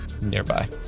nearby